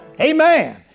Amen